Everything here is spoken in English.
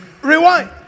rewind